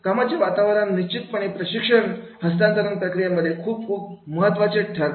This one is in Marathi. कामाचे वातावरण निश्चितपणे प्रशिक्षण हस्तांतरण प्रक्रियेमध्ये खूप खूप महत्त्वाचे ठरते